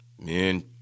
Man